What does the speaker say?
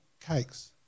cakes